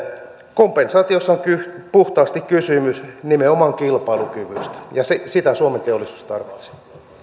kompensaatiossa on puhtaasti kysymys nimenomaan kilpailukyvystä ja sitä suomen teollisuus tarvitsee